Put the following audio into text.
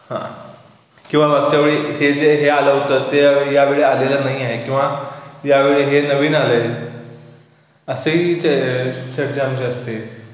हां किंवा मागच्या वेळी हे जे हे आलं होतं ते या वेळी आलेलं नाही आहे किंवा या वेळी हे नवीन आलं आहे असेही च चर्चा आमची असते